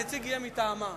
הנציג יהיה מטעמה.